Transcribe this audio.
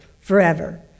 forever